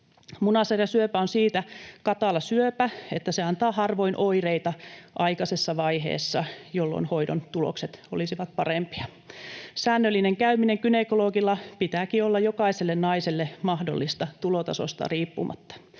Munasarjasyöpä on siitä katala syöpä, että se antaa harvoin oireita aikaisessa vaiheessa, jolloin hoidon tulokset olisivat parempia. Säännöllisen käymisen gynekologilla pitääkin olla jokaiselle naiselle mahdollista tulotasosta riippumatta,